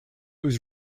was